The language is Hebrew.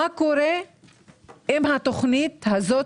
מה קורה עם התוכנית הזו,